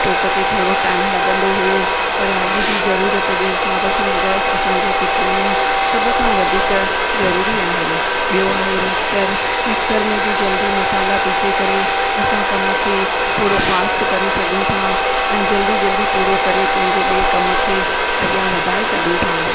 stop ते थोरो time लॻंदो हुओ पर अॼ जी ज़रूरुत जे हिसाबु सां गैस असांजे किचन में सभ खां वधीक ज़रूरी आहे ॿियों आहे मिक्सर मिक्सर में बि जल्दी मसाला पीसे करे असां कम खे थोरो फास्ट करे सघूं था ऐं जल्दी जल्दी पूरो करे पंहिंजे ॿिए कम खे अॻियां वधाए सघूं था